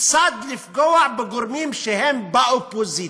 כיצד לפגוע בגורמים שהם באופוזיציה.